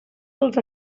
dels